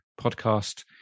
podcast